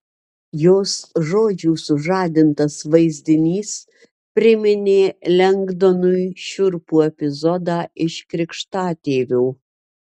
jos žodžių sužadintas vaizdinys priminė lengdonui šiurpų epizodą iš krikštatėvio